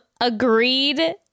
Agreed